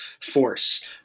force